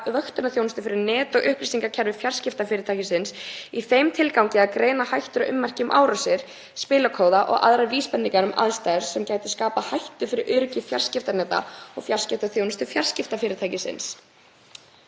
vöktunarþjónustu fyrir net- og upplýsingakerfi fjarskiptafyrirtækisins í þeim tilgangi að greina hættur og ummerki um árásir, spillikóða og aðrar vísbendingar um aðstæður sem gætu skapað hættu fyrir öryggi fjarskiptaneta og fjarskiptaþjónustu fjarskiptafyrirtækisins.“